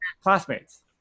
classmates